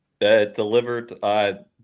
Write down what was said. Delivered